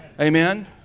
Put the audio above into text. Amen